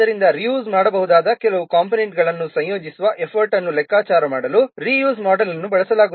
ಆದ್ದರಿಂದ reuse ಮಾಡಬಹುದಾದ ಕೆಲವು ಕಂಪೋನೆಂಟ್ಗಳನ್ನು ಸಂಯೋಜಿಸುವ ಎಫರ್ಟ್ ಅನ್ನು ಲೆಕ್ಕಾಚಾರ ಮಾಡಲು ರೀ ಯೂಸ್ ಮೋಡೆಲ್ ಅನ್ನು ಬಳಸಲಾಗುತ್ತದೆ